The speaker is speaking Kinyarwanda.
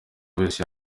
wese